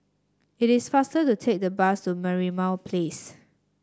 it is faster to take the bus to Merlimau Place